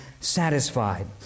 satisfied